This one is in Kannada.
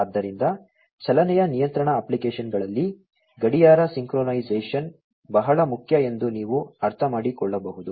ಆದ್ದರಿಂದ ಚಲನೆಯ ನಿಯಂತ್ರಣ ಅಪ್ಲಿಕೇಶನ್ಗಳಲ್ಲಿ ಗಡಿಯಾರ ಸಿಂಕ್ರೊನೈಸೇಶನ್ ಬಹಳ ಮುಖ್ಯ ಎಂದು ನೀವು ಅರ್ಥಮಾಡಿಕೊಳ್ಳಬಹುದು